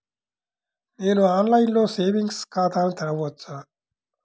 నేను ఆన్లైన్లో సేవింగ్స్ ఖాతాను తెరవవచ్చా?